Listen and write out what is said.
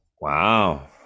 Wow